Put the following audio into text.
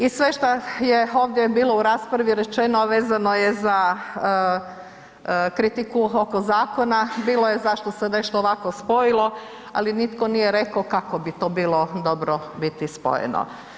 I sve šta je ovdje bilo u raspravi rečeno a vezano je za kritiku oko zakona, bilo je zašto se nešto ovako spojilo ali nitko nije rekao kako bi to bilo dobro biti spojeno.